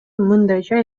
мындайча